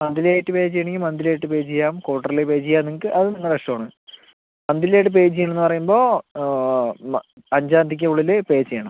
monthly ആയിട്ട് pay ചെയ്യണമെങ്കിൽ monthly ആയിട്ട് പേ ചെയ്യാം ക്വാർട്ടർലി പേ ചെയ്യണമെങ്കിൽ അത് നിങ്ങളുടെ ഇഷ്ടമാണ് മന്ത്ലി ആയിട്ട് പേ ചെയ്യണമെന്ന് പറയുമ്പോൾ അഞ്ചാം തിയതിക്കുള്ളിൽ പേ ചെയ്യണം